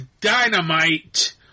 Dynamite